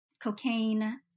cocaine